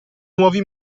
nuovi